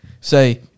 say